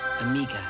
Amiga